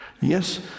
yes